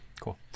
cool